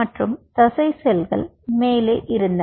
மற்றும் தசை செல்கள் மேலே இருந்தன